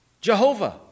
Jehovah